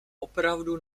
opravdu